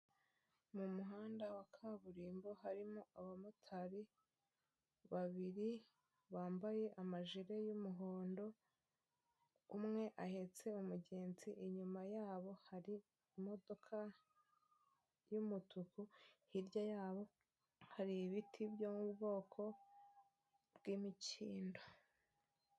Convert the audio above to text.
Mu muhanda wa kaburimbo harimo abamotari babiri bambaye amajire y'umuhondo umwe ahetse umugenzi, inyuma yabo hari imodoka y'umutuku, hirya yabo hari ibiti byo mu bwoko bwi'imikindo.